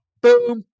Boom